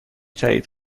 تایید